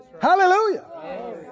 Hallelujah